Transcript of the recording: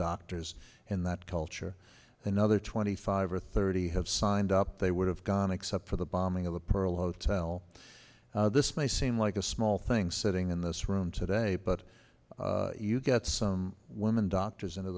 doctors in that culture another twenty five or thirty have signed up they would have gone except for the bombing of the pearl hotel this may seem like a small thing sitting in this room today but you get some women doctors